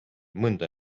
mõnda